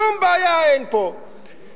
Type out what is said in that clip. שום בעיה אין פה,